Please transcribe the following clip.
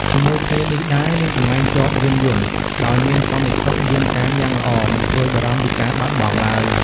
ជាមួយគ្នានេះដែរ មានកន្លែងចតយានយន្ត ដោយមានសន្តិសុខយាមកាមយ៉ាងល្អ មិនព្រួយបារម្ភពីការបាត់បង់ឡើយ។